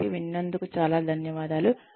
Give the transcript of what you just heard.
కాబట్టి విన్నందుకు చాలా ధన్యవాదాలు